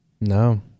No